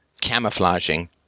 camouflaging